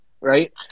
right